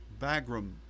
Bagram